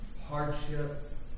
hardship